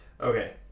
Okay